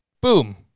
boom